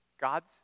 God's